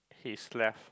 his left